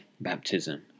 baptism